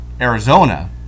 Arizona